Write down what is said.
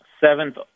seventh